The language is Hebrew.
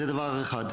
זה דבר אחד.